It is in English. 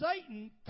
Satan